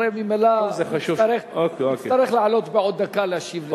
הרי ממילא הוא יצטרך לעלות בעוד דקה ולהשיב לך.